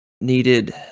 needed-